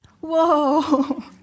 Whoa